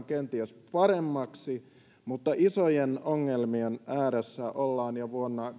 kenties paremmaksi mutta isojen ongelmien ääressä ollaan jo vuonna